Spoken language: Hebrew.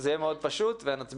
זה יהיה מאוד פשוט ונצביע.